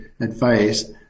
advice